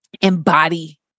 embody